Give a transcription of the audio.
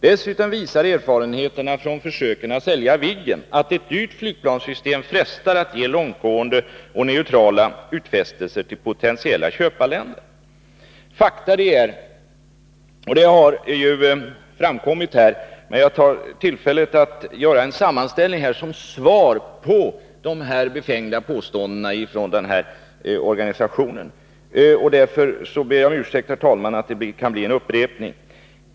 Dessutom visar erfarenheterna från försöken att sälja Viggen, att ett dyrt flygplanssystem frestar att ge långtgående och neutrala utfästelser till potentiella köparländer.” För att redovisa fakta tar jag tillfället i akt att göra en sammanställning som svar på de här befängda påståendena från organisationen, och jag ber därför om ursäkt, herr talman, i fall det kan bli en upprepning av vad andra talare anfört.